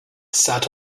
sat